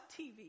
TV